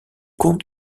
compte